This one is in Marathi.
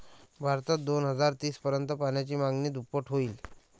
भारतात दोन हजार तीस पर्यंत पाण्याची मागणी दुप्पट होईल